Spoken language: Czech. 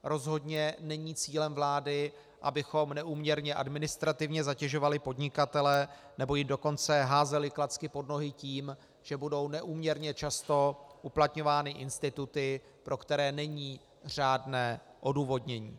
Rozhodně není cílem vlády, abychom neúměrně administrativně zatěžovali podnikatele, nebo jim dokonce házeli klacky pod nohy tím, že budou neúměrně často uplatňovány instituty, pro které není řádné odůvodnění.